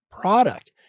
product